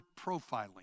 profiling